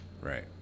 Right